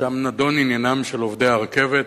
שם נדון עניינם של עובדי הרכבת: